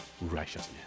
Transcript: righteousness